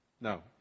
No